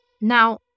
now